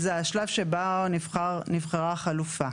זה השלב שבה נבחרה החלופה.